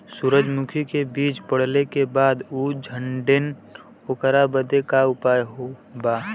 सुरजमुखी मे बीज पड़ले के बाद ऊ झंडेन ओकरा बदे का उपाय बा?